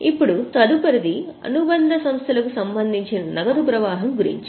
ఇప్పుడు తదుపరిది అనుబంధ సంస్థలకు సంబంధించిన నగదు ప్రవాహం గురించి